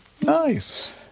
Nice